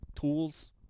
tools